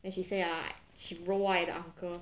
then she say ah she roll eye at the uncle